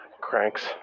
cranks